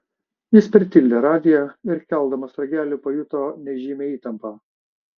jis pritildė radiją ir keldamas ragelį pajuto nežymią įtampą